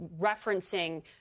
referencing